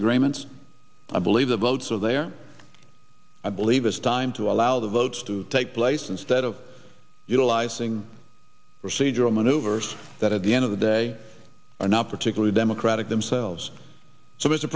agreements i believe the votes are there i believe it's time to allow the votes to take place instead of utilizing procedural maneuvers that at the end of the day are not particularly democratic